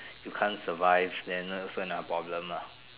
you can't survive then so another problem lah